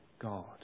God